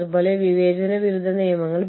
ആ പ്രദേശത്തെ ജീവനക്കാരുമുണ്ട്